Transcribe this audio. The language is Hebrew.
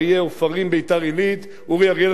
בנימין,